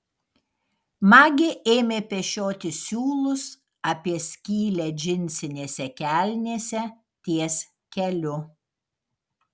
magė ėmė pešioti siūlus apie skylę džinsinėse kelnėse ties keliu